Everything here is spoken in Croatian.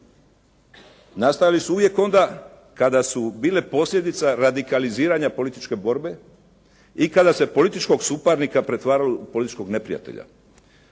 nastajali su uvijek onda kada su bili posljedica radikaliziranja političke borbe i kada se političkog suparnika pretvaralo u političkog neprijatelja.